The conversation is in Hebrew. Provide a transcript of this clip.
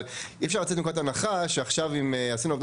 אבל אי אפשר לצאת מנקודת הנחה שעכשיו אם עשינו עבודות